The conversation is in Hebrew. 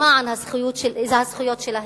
למען הזכויות שלהם.